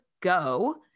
go